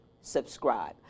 subscribe